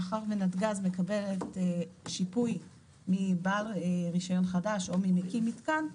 מאחר ונתגז מקבלת שיפוי מבעל רישיון חדש או ממקים מתקן,